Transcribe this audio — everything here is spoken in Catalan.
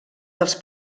dels